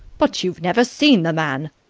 but you've never seen the man.